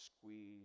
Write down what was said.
squeeze